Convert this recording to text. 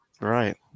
Right